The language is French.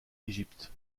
égypte